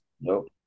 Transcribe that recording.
Nope